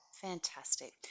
Fantastic